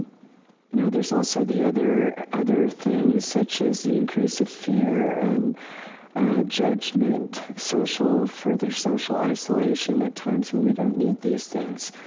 you know there's also the other other things such as the increase of fear and judgment, social, further social isolation at times when we don't need these things.